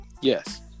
Yes